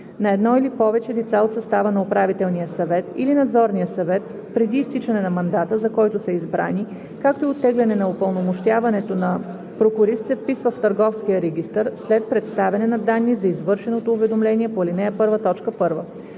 на едно или повече лица от състава на управителния съвет (съвета на директорите) или надзорния съвет преди изтичане на мандата, за който са избрани, както и оттегляне на упълномощаването на прокурист, се вписва в Търговския регистър след представяне на данни за извършеното уведомление по ал. 1, т. 1.